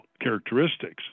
characteristics